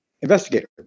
investigator